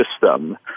system